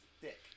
thick